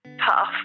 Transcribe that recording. tough